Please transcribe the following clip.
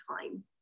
time